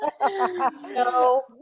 no